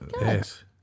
yes